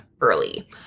early